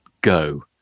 go